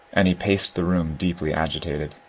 and he paced the room deeply agitated.